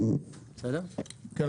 כן,